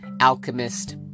alchemist